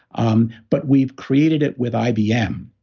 um but we've created it with ibm.